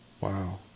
Wow